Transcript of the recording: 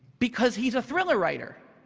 because he's a thriller writer.